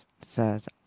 says